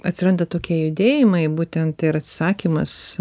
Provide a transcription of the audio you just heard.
atsiranda tokie judėjimai būtent ir atsisakymas